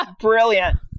Brilliant